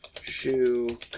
shoe